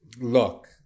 look